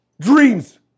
dreams